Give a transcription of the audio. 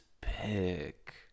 pick